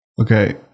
okay